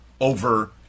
over